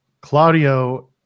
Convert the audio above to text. Claudio